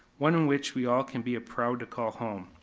one in which we all can be proud to call home.